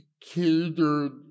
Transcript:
catered